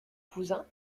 cousin